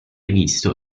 visto